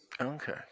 Okay